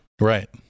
right